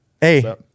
hey